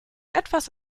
etwas